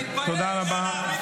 תודה רבה.